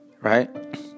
Right